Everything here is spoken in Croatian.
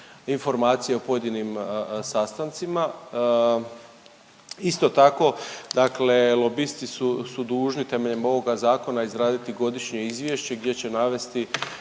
informacije o pojedinim sastancima. Isto tako dakle lobisti su, su dužni temeljem ovoga zakona izraditi godišnje izvješće gdje će navesti